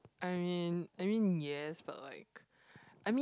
I mean I mean yes but like